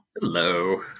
Hello